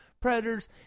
Predators